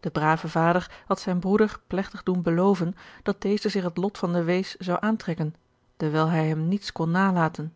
de brave vader had zijn broeder plegtig doen beloven dat deze zich het lot van den wees zou aantrekken dewijl hij hem niets kon nalaten